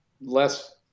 less